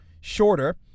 Shorter